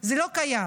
זה לא קיים.